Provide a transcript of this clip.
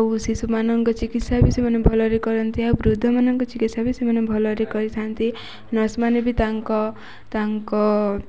ଆଉ ଶିଶୁମାନଙ୍କ ଚିକିତ୍ସା ବି ସେମାନେ ଭଲରେ କରନ୍ତି ଆଉ ବୃଦ୍ଧମାନଙ୍କ ଚିକିତ୍ସା ବି ସେମାନେ ଭଲରେ କରିଥାନ୍ତି ନର୍ସ ମାନେ ବି ତାଙ୍କ ତାଙ୍କ